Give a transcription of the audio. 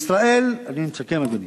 אני מסכם, אדוני.